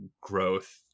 growth